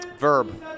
Verb